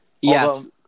yes